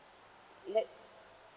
let